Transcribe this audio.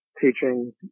teaching